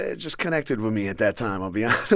ah just connected with me at that time, i'll be yeah